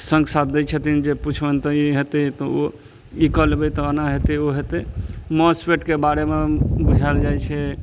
सङ्ग साध दै छथिन जे पुछबनि तऽ ई हेत्तै तऽ ओ ई कऽ लेबै तऽ ओना हेतै ओ हेतै माउसवेटके बारेमे बुझाएल जाइ छै